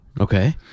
Okay